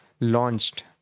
launched